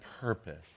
purpose